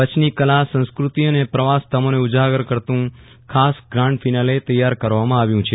કચ્છની કલા સંસ્કૃતિ અને પ્રવાસધામોને ઉજાગર કરતું ખાસ ેગ્રાન્ડ ફિનાલે તૈયાર કરવામાં આવ્યું છે